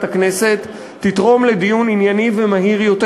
הכנסת תתרום לדיון ענייני ומהיר יותר,